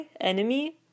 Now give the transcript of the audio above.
enemy